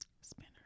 Spinner